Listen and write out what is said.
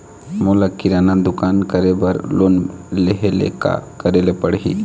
मोला किराना दुकान करे बर लोन लेहेले का करेले पड़ही?